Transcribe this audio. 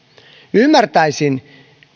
ymmärtäisin